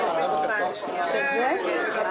הישיבה ננעלה בשעה 00:50